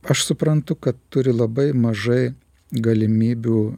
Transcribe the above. aš suprantu kad turi labai mažai galimybių